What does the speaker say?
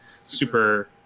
super